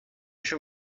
شون